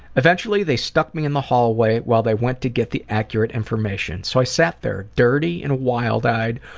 eventually they stuck me in the hallway while they went to get the accurate information, so i sat there, dirty and wild-eyed,